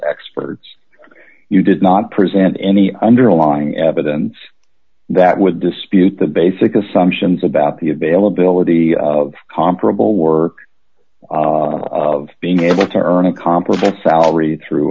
experts you did not present any underlying evidence that would dispute the basic assumptions about the availability of comparable work of being able to earn a comparable salary through